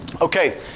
Okay